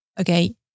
okay